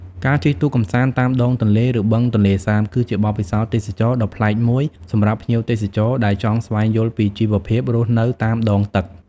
ការជិះទូកកម្សាន្តតាមដងទន្លេ ឬបឹងទន្លេសាប គឺជាបទពិសោធន៍ទេសចរណ៍ដ៏ប្លែកមួយសម្រាប់ភ្ញៀវទេសចរ ដែលចង់ស្វែងយល់ពីជីវភាពរស់នៅតាមដងទឹក ។